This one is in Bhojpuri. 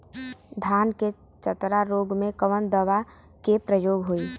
धान के चतरा रोग में कवन दवा के प्रयोग होई?